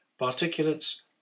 Particulates